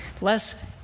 Less